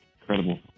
incredible